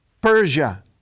Persia